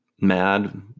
Mad